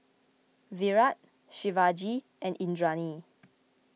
Virat Shivaji and Indranee